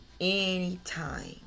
anytime